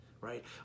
right